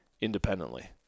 independently